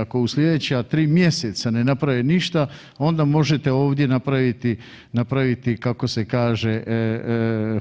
Ako u slijedeća 3 mjeseca ne naprave ništa onda možete ovdje napraviti kako se kaže